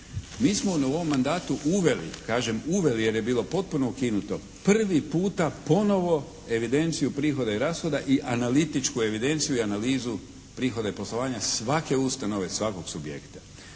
Mi smo u ovom mandatu uveli, kažem uveli jer je bilo potpuno ukinuto prvi puta ponovno evidenciju prihoda i rashoda i analitičku evidenciju i analizu prihoda i poslovanja svake ustanove, svakog subjekta.